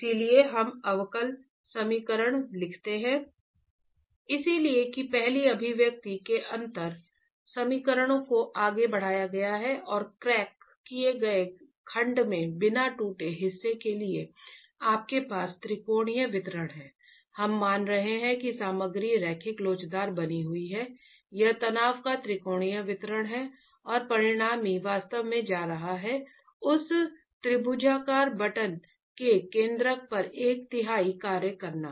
इसलिए हम अवकल समीकरण लिखते हैं इसलिए कि पहली अभिव्यक्ति से अंतर समीकरण को आगे बढ़ाया गया है और क्रैक किए गए खंड में बिना टूटे हिस्से के लिए आपके पास त्रिकोणीय वितरण है हम मान रहे हैं कि सामग्री रैखिक लोचदार बनी हुई है यह तनाव का त्रिकोणीय वितरण है और परिणामी वास्तव में जा रहा है उस त्रिभुजाकार बंटन के केन्द्रक पर एक तिहाई कार्य करना